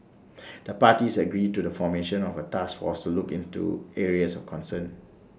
the parties agreed to the formation of A task force to look into areas of concern